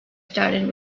started